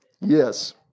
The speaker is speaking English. Yes